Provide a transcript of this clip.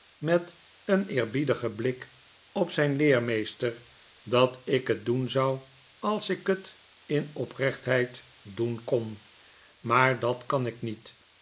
met een eerbiedigen blik op zyn leermeester dat ik het doen zou als ik het in oprechtheid doen kon maar dat kan ik niet